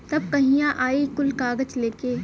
तब कहिया आई कुल कागज़ लेके?